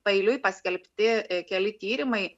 paeiliui paskelbti keli tyrimai